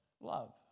love